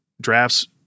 drafts